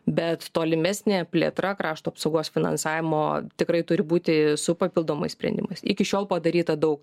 bet tolimesnė plėtra krašto apsaugos finansavimo tikrai turi būti su papildomais sprendimas iki šiol padaryta daug